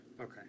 Okay